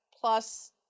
Plus